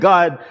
God